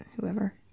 whoever